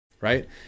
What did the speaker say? right